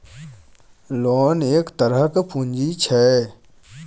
loan एक तरहक पुंजी छै